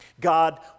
God